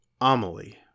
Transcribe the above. Amelie